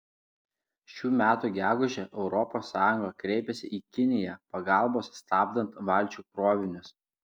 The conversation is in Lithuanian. šių metų gegužę europos sąjunga kreipėsi į kiniją pagalbos stabdant valčių krovinius